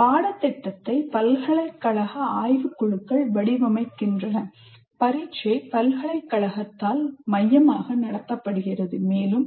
பாடத்திட்டத்தை பல்கலைக்கழக ஆய்வு குழுக்கள் வடிவமைக்கின்றன பரீட்சை பல்கலைக்கழகத்தால் மையமாக நடத்தப்படுகிறது மேலும்